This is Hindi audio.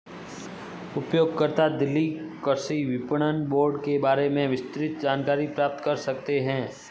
उपयोगकर्ता दिल्ली कृषि विपणन बोर्ड के बारे में विस्तृत जानकारी प्राप्त कर सकते है